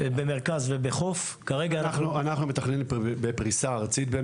כרגע אנחנו מטפלים בפריסה ארצית.